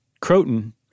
Croton